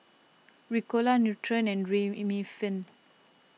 Ricola Nutren and